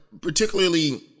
particularly